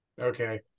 okay